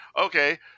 okay